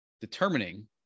determining